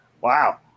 Wow